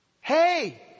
Hey